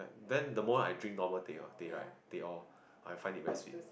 then the more I drink normal teh-O teh right teh-O I find it very sweet